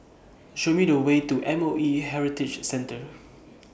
Show Me The Way to M O E Heritage Centre